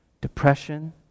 depression